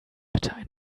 bitte